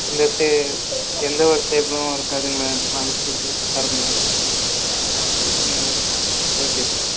இந்த ஸ்டே எந்த ஒரு ஸ்டேபிலும் இருக்காதுங்களே கரெக்ட்டாக இருக்குதுங்களா ஓகே சார்